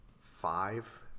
five